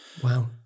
Wow